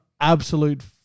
absolute